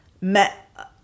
met